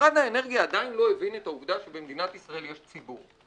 משרד האנרגיה עדיין לא הבין את העובדה שבמדינת ישראל יש ציבור.